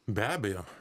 be abejo